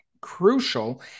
crucial